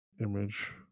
image